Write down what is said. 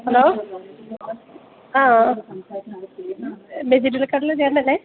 hello ആ vegetable കടയിലെ ചേട്ടനല്ലേ